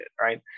Right